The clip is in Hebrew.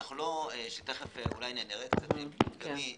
שתכף נראה מדגמית,